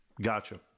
gotcha